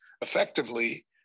effectively